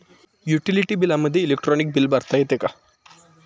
Utility बिलामध्ये electronic bill भरता येते का?